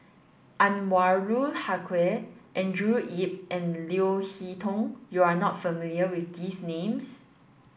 Anwarul Haque Andrew Yip and Leo Hee Tong you are not familiar with these names